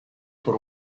por